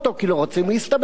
כי לא רוצים להסתבך,